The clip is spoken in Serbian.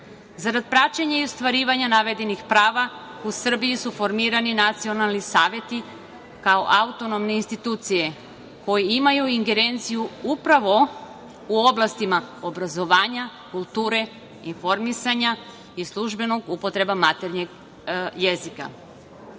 pisma. Zarad praćenja i ostvarivanja navedenih prava, u Srbiji su formirani nacionalni saveti kao autonomne institucije, koji imaju ingerenciju upravo u oblastima obrazovanja, kulture, informisanja i službene upotrebe maternjeg jezika. Saveti